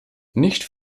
nicht